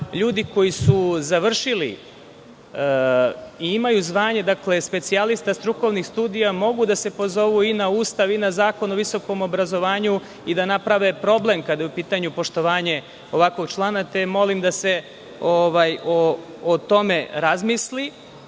ljudi koji su završili i imaju zvanje specijalista strukovnih studija, mogu da se pozovu i na Ustav i na Zakon o visokom obrazovanju i da naprave problem kada je u pitanju poštovanje ovakvog člana, te molim da se o tome